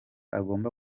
agomba